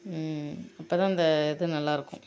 அப்போ தான் இந்த இது நல்லாயிருக்கும்